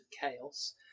Chaos